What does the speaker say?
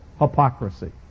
hypocrisy